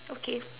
okay